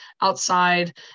outside